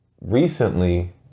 Recently